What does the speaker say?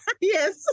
Yes